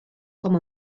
com